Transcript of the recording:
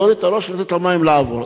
להוריד את הראש, לתת למים לעבור.